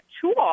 tool